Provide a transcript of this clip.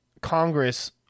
Congress